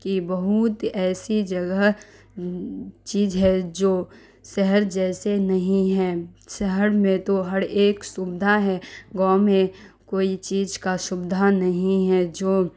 کی بہت ایسی جگہ چیز ہے جو شہر جیسے نہیں ہیں شہر میں تو ہر ایک سبدھا ہے گاؤں میں کوئی چیز کا شبدھا نہیں ہے جو